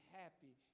happy